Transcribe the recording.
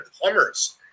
plumbers